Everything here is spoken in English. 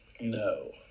No